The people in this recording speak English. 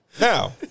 Now